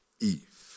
Eve